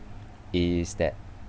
is that